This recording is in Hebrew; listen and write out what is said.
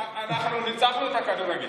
אנחנו ניצחנו את הכדורגל.